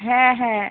হ্যাঁ হ্যাঁ